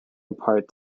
apart